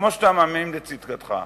כמו שאתה מאמין בצדקתך.